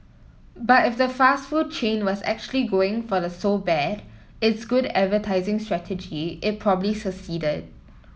but if the fast food chain was actually going for the so bad it's good advertising strategy it probably succeeded